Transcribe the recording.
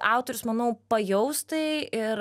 autorius manau pajaus tai ir